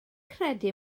credu